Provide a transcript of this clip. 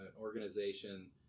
organization